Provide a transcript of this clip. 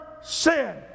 sin